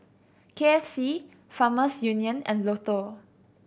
K F C Farmers Union and Lotto